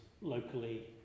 locally